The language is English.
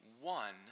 one